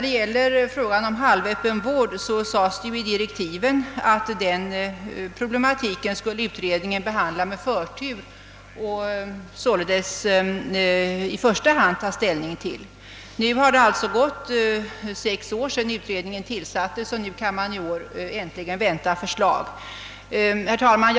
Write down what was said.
Beträffande den halvöppna vården framhölls det redan i direktiven, att utredningen skulle behandla denna problematik med förtur. Nu har det gått sex år sedan utredningen tillsattes och först i år kan man vänta förslag. Herr talman!